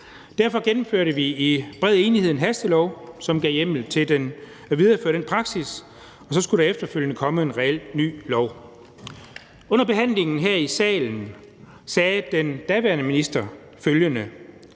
derfor gennemførte vi i bred enighed en hastelov, som gav hjemmel til at videreføre den praksis, og så skulle der efterfølgende komme en reel ny lov. Under behandlingen her i salen sagde den daværende minister følgende: